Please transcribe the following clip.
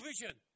vision